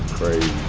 pray